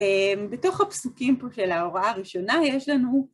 בתוך הפסוקים פה של ההוראה הראשונה יש לנו...